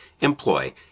employ